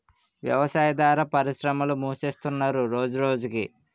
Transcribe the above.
వ్యవసాయాదార పరిశ్రమలు మూసేస్తున్నరు రోజురోజకి